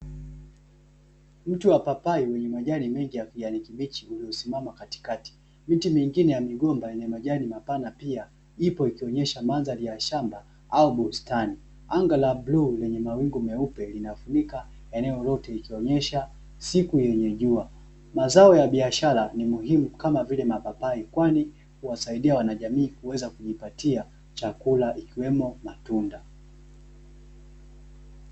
Mti wa papai wenye majani mengi ya kijani kibichi uliosimama katikati, miti mingine ya migomba yenye majani mapana pia ipo, ikionyesha mandhari ya shamba au bustani, anga la bluu lenye mawingu meupe linafunika eneo lote, ikionesha siku yenye jua. Mazao ya biashara ni muhimu kama vile mapapai, kwani huwasaidia wanajamii kuweza kujipatia chakula, ikiwemo matunda.